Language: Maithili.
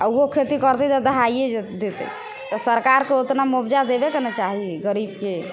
आओर ओहो खेती करतै तऽ दहाइए जेतै तऽ सरकारके ओतना मुआवजा देबेके ने चाही गरीबके